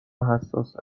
حساسه